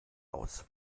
aus